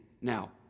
Now